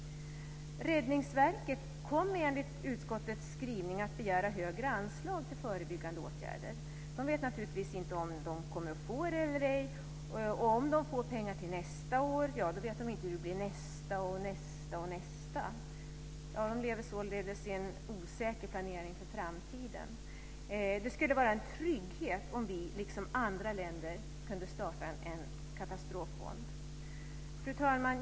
Räddningsverket kommer enligt utskottets skrivning att begära högre anslag till förebyggande åtgärder. Man vet naturligtvis inte om man kommer att få det eller ej. Och om man får pengar till nästa år, så vet man inte hur det blir under kommande år. Man lever således i en osäker planering för framtiden. Det skulle vara en trygghet om vi, liksom andra länder, kunde starta en katastroffond. Fru talman!